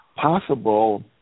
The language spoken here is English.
possible